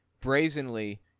brazenly